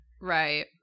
Right